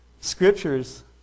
scriptures